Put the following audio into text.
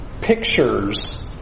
pictures